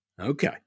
okay